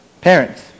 Parents